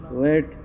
wait